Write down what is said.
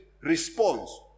response